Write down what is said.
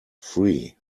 free